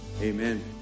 Amen